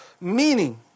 meaning